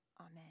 Amen